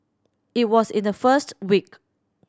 it was in the first week